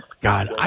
God